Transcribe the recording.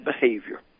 behavior